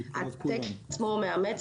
התקן עצמו מאמץ,